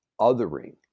othering